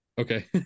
okay